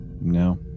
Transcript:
No